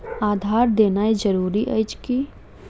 आधार देनाय जरूरी अछि की?